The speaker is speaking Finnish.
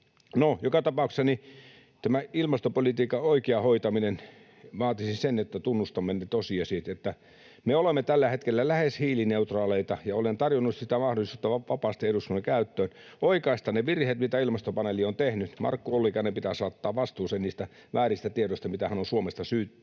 Joka tapauksessa tämä ilmastopolitiikan oikea hoitaminen vaatisi sen, että tunnustamme ne tosiasiat, että me olemme tällä hetkellä lähes hiilineutraaleita, ja olen tarjonnut vapaasti eduskunnan käyttöön mahdollisuutta oikaista ne virheet, mitä ilmastopaneeli on tehnyt. Markku Ollikainen pitää saattaa vastuuseen niistä vääristä tiedoista, mitä hän on Suomesta syytänyt